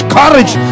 courage